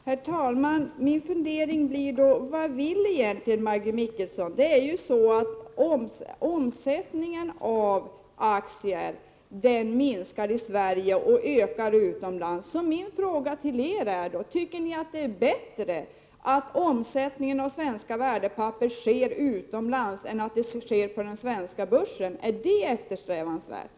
Herr talman! Min fundering blir då: Vad vill egentligen Maggi Mikaelsson? Omsättningen av aktier minskar i Sverige och ökar utomlands. Min fråga till er i vpk är: Tycker ni att det är bättre att omsättningen av svenska värdepapper sker utomlands i stället för på den svenska börsen? Är det eftersträvansvärt?